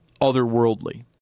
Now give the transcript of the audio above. otherworldly